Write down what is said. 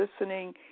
listening